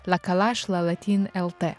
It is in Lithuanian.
lakalašlalatin elte